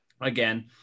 again